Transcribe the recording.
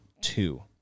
two